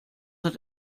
hat